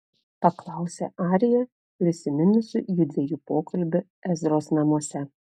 paklausė arija prisiminusi judviejų pokalbį ezros namuose